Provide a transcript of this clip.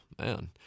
Man